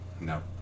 No